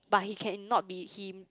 but he cannot be him